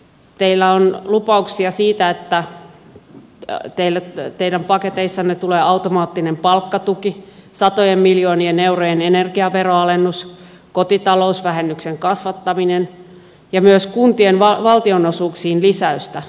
teillä on lupauksia siitä että teidän paketeissanne tulee automaattinen palkkatuki satojen miljoonien eurojen energiaveroalennus kotitalousvähennyksen kasvattaminen ja myös kuntien valtionosuuksiin lisäystä